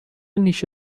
نیشت